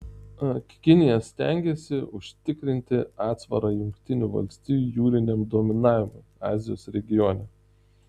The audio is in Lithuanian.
kinija stengiasi užtikrinti atsvarą jungtinių valstijų jūriniam dominavimui azijos regione